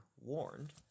warned